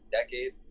decade